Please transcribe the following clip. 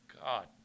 God